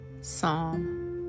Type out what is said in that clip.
Psalm